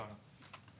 למה אין את הכסף הזה?